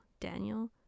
Daniel